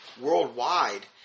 worldwide